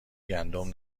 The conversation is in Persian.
گندم